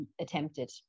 attempted